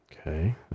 Okay